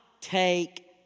take